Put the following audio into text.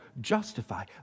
justify